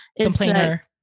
Complainer